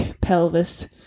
pelvis